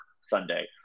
Sunday